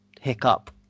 hiccup